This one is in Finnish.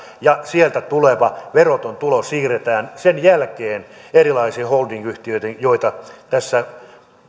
ja sieltä tuleva veroton tulo siirretään sen jälkeen erilaisiin holdingyhtiöihin joita tässä